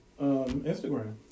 Instagram